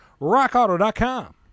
rockauto.com